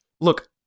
look